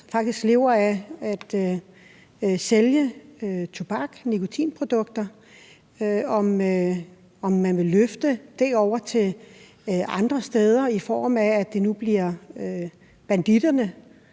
faktisk lever af at sælge tobak og nikotinprodukter – altså om man vil løfte det over til andre steder, i form af at det nu bliver banditterne,